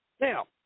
Now